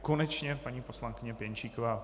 Konečně paní poslankyně Pěnčíková.